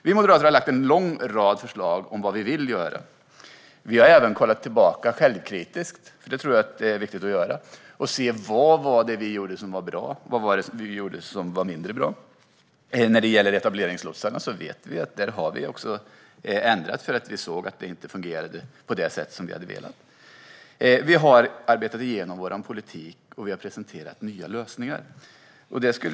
Vi moderater har lagt en lång rad förslag om vad vi vill göra. Vi har även sett självkritiskt tillbaka - det tror jag är viktigt att göra - för att se vad vi gjorde som var bra liksom vad vi gjorde som var mindre bra. Vi gjorde förändringar för etableringslotsarna eftersom vi såg att de inte fungerade på det sätt som vi ville. Vi har arbetat igenom vår politik och har presenterat nya lösningar.